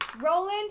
Roland